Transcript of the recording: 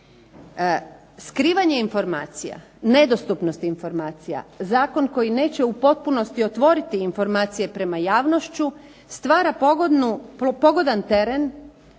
Skrivanje informacija, nedostupnost informacija, zakon koji neće u potpunosti otvoriti informacije prema javnošću, stvara pogodan teren